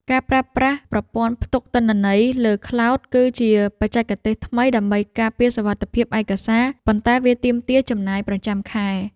ការប្រើប្រាស់ប្រព័ន្ធផ្ទុកទិន្នន័យលើ ខ្លោដ គឺជាបច្ចេកទេសថ្មីដើម្បីការពារសុវត្ថិភាពឯកសារ ប៉ុន្តែវាទាមទារចំណាយប្រចាំខែ។